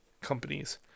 companies